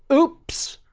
oops,